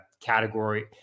category